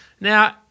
Now